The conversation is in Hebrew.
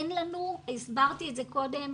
הסברתי קודם,